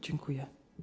Dziękuję.